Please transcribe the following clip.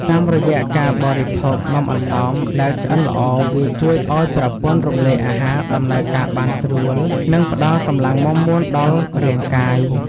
តាមរយៈការបរិភោគនំអន្សមដែលឆ្អិនល្អវាជួយឱ្យប្រព័ន្ធរំលាយអាហារដំណើរការបានស្រួល និង ផ្ដល់កម្លាំងមាំមួនដល់រាងកាយ។